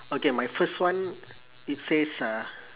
okay my first one it says uh